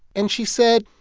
and she said,